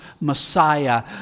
Messiah